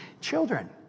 Children